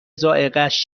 ذائقهاش